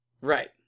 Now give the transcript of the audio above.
Right